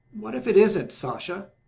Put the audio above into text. what if it isn't, sasha?